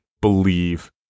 believe